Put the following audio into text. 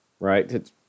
Right